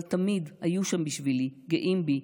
אבל תמיד היו שם בשבילי, גאים בי,